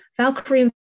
Valkyrie